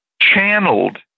channeled